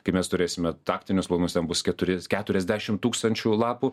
kai mes turėsime taktinius planus ten bus keturi keturiasdešimt tūkstančių lapų